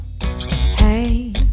Hey